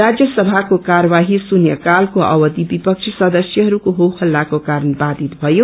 राज्यसभाको कार्यवाही श्रृन्यकालको अवधि विपक्षी सदस्यहरूको होहल्लाको कारण बाषित भयो